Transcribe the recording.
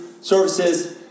Services